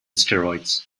steroids